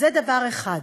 זה דבר אחד.